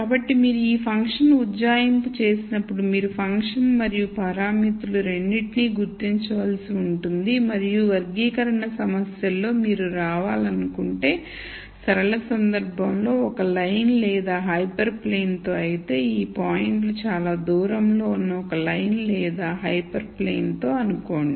కాబట్టి మీరు ఈ ఫంక్షన్ ఉజ్జాయింపు చేసినప్పుడు మీరు ఫంక్షన్ మరియు పారామితులు రెండింటినీ గుర్తించవలసి ఉంటుంది మరియు వర్గీకరణ సమస్యలలో మీరు రావాలనుకుంటే సరళ సందర్భంలో ఒక లైన్ లేదా హైపర్ ప్లేన్తో అయితే ఈ పాయింట్లు చాలా దూరంలో ఉన్న ఒక లైన్ లేదా హైపర్ ప్లేన్తో అనుకోండి